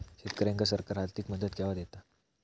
शेतकऱ्यांका सरकार आर्थिक मदत केवा दिता?